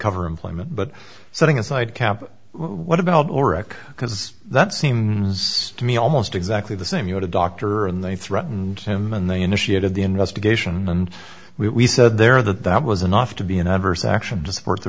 cover employment but setting aside cap what about oreck because that seems to me almost exactly the same you know to doctor and they threatened him and they initiated the investigation and we said there that that was enough to be an adverse action to support the